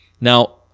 Now